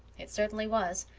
it certainly was.